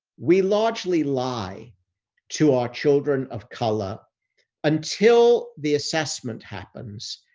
we largely lie to our children of color until the assessment happens.